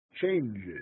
changes